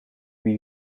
wie